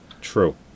True